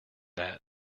that